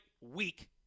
week